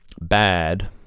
bad